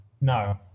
No